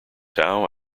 how